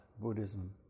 Buddhism